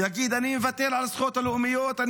יגיד: אני מוותר על הזכויות הלאומיות?